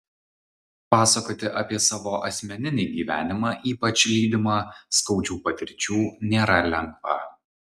pasakoti apie savo asmeninį gyvenimą ypač lydimą skaudžių patirčių nėra lengva